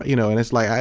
you know. and it's like,